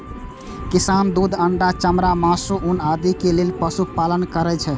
किसान दूध, अंडा, चमड़ा, मासु, ऊन आदिक लेल पशुपालन करै छै